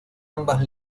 ambas